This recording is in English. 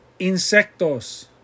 insectos